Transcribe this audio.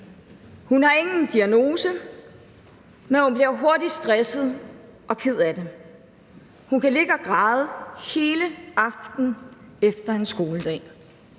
Hun har ingen diagnose, men hun bliver hurtigt stresset og ked af det. Hun kan ligge og græde hele aftenen efter en skoledag.